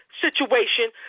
situation